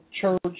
church